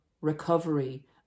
recovery